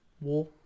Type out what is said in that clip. war